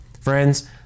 Friends